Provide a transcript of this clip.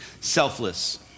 selfless